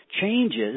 changes